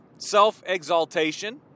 self-exaltation